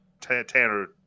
Tanner